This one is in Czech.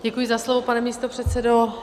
Děkuji za slovo, pane místopředsedo.